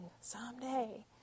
someday